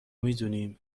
میدونیم